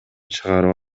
чыгарып